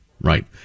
Right